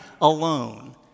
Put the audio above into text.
alone